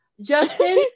justin